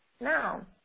Now